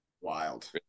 wild